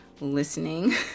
listening